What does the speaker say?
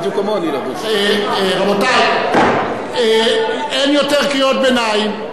רבותי, אין יותר קריאות ביניים.